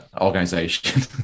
organization